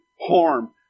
harm